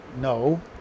no